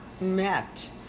met